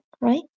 right